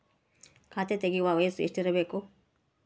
ಖಾತೆ ತೆಗೆಯಕ ವಯಸ್ಸು ಎಷ್ಟಿರಬೇಕು?